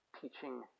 teaching